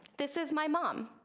this is my mom.